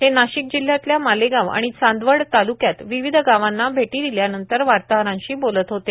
ते नाशिक जिल्ह्यातल्या मालेगाव आणि चांदवड तालुक्यात विविध गावांना भेटी दिल्यानंतर वार्ताहरांशी बोलत होते